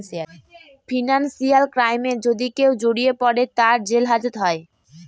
financial ক্রাইমে যদি কেউ জড়িয়ে পরে, তার জেল হাজত হয়